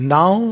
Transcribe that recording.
Now